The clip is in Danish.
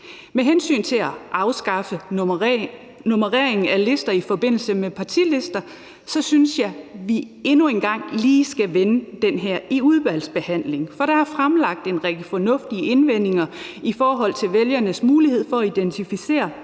Med hensyn til at afskaffe nummereringen af lister i forbindelse med partilister synes jeg, vi endnu en gang lige skal vende den her i udvalgsbehandlingen. For der er fremlagt en række fornuftige indvendinger i forhold til vælgernes mulighed for at identificere